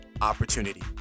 opportunity